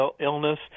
illness